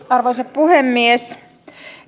arvoisa puhemies